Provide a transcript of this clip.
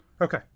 Okay